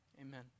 Amen